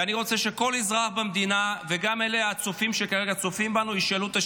ואני רוצה שכל אזרח במדינה וגם הצופים שכרגע צופים בנו ישאלו את השאלה: